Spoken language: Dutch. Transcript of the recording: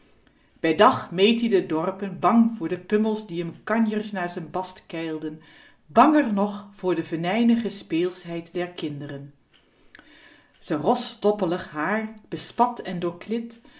bij dag meed ie de dorpen bang voor de pummels die m kanjers naar z'n bast keilden banger nog voor de venijnige speelschheid der kinderen z'n ros stoppelig haar bespat en